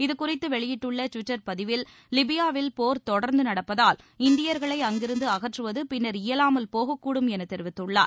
இது குறிதது வெளியிட்டுள்ள டுவிட்டர் பதிவில் லிபியாவில் போர் தொடர்ந்து நடப்பதால் இந்தியர்களை அங்கிருந்து அகற்றுவது பின்னர் இயலாமல் போகக்கூடும் என தெரிவித்துள்ளார்